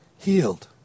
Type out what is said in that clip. healed